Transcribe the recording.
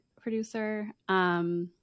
producer